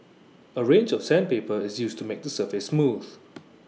A range of sandpaper is used to make the surface smooth